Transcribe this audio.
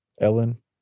Ellen